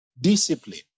discipline